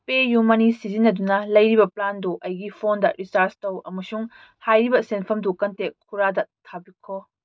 PayU ꯃꯅꯤ ꯁꯤꯖꯤꯟꯅꯗꯨꯅ ꯂꯩꯔꯤꯕ ꯄ꯭ꯂꯥꯟꯗꯨ ꯑꯩꯒꯤ ꯐꯣꯟꯗ ꯔꯤꯆꯥꯔꯖ ꯇꯧ ꯑꯃꯁꯨꯡ ꯍꯥꯏꯔꯤꯕ ꯁꯦꯟꯐꯝꯗꯨ ꯀꯟꯇꯦꯛ ꯈꯨꯔꯥꯗ ꯊꯥꯕꯤꯈꯣ